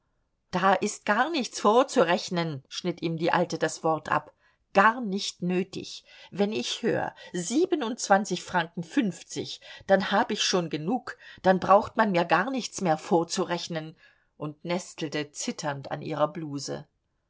da ist gar nichts vorzurechnen schnitt ihm die alte das wort ab gar nicht nötig wenn ich hör siebenundzwanzig franken fünfzig dann hab ich schon genug dann braucht man mir gar nichts mehr vorzurechnen und nestelte zitternd an ihrer bluse